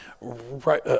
right